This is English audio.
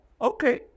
Okay